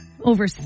over